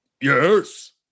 Yes